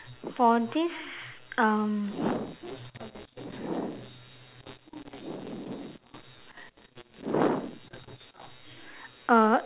for this um